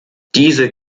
diese